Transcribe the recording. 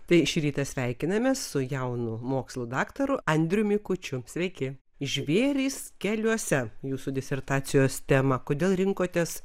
tai šį rytą sveikinamės su jaunu mokslų daktaru andriumi kučiu sveiki žvėrys keliuose jūsų disertacijos tema kodėl rinkotės